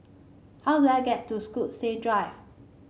how do I get to Stokesay Drive